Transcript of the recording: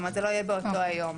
זה לא יהיה באותו היום.